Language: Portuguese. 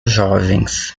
jovens